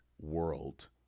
world